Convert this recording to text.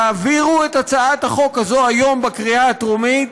תעבירו את הצעת החוק הזו היום בקריאה הטרומית